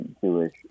Jewish